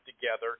together